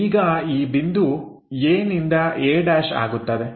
ಈಗ ಈ ಬಿಂದು A ನಿಂದ a' ಆಗುತ್ತದೆ